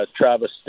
Travis